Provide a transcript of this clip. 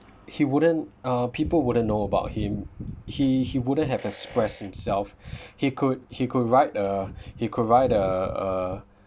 he wouldn't uh people wouldn't know about him he he wouldn't have expressed himself he could he could write uh he could write uh